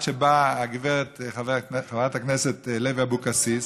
עד שבאה הגברת חברת הכנסת לוי אבקסיס,